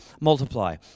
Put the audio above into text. multiply